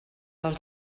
del